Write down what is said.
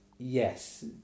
Yes